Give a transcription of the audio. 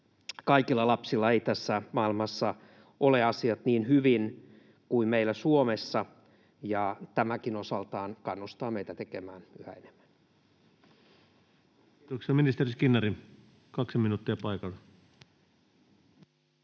kaikilla lapsilla ei tässä maailmassa ole asiat niin hyvin kuin meillä Suomessa, ja tämäkin osaltaan kannustaa meitä tekemään yhä enemmän. Kiitoksia. — Ministeri Skinnari, 2 minuuttia paikalta.